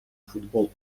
футбол